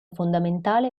fondamentale